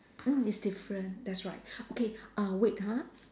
mm it's different that's right okay uh wait ha